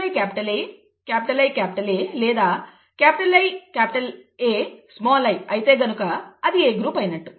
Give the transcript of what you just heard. IA IA లేదా IAi అయితే కనుక అది A గ్రూప్ అయినట్టు